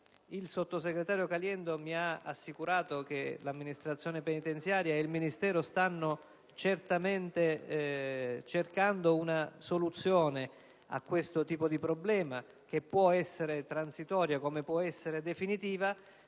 Il sottosegretario Caliendo mi ha assicurato che l'Amministrazione penitenziaria e il Ministero della giustizia stanno cercando una soluzione a questo problema, che può essere transitoria come definitiva,